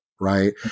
Right